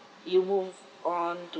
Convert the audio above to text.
you move on